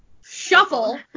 shuffle